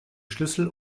schlüssel